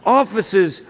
offices